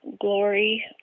glory